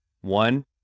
One